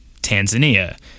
Tanzania